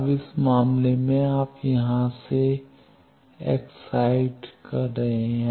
अब इस मामले में आप यहाँ से एक्साइड कर रहे हैं